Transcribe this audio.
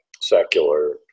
secular